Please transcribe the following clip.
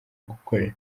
gukorera